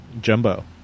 Jumbo